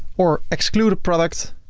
or exclude a product,